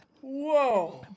Whoa